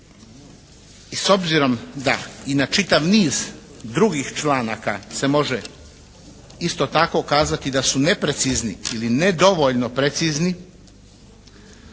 I s obzirom da i na čitav niz drugih članaka se može isto tako kazati da su neprecizni ili nedovoljno precizni